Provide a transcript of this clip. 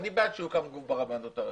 אני בעד שיוקם גוף ברבנות הראשית.